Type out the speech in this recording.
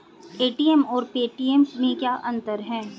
ATM और Paytm में क्या अंतर है?